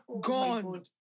Gone